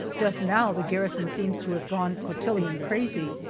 just now the garrison seems to have gone cotillon crazy,